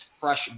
fresh